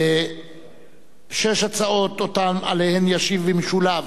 שש הצעות שעליהן ישיב במשולב